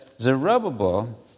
Zerubbabel